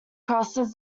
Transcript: crosses